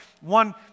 one